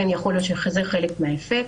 יכול להיות שזה חלק מהאפקט.